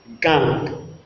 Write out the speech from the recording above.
gang